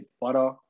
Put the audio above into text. butter